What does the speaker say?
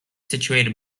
situated